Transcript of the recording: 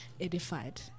edified